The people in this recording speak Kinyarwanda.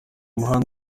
umuhanda